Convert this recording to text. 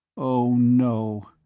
oh, no!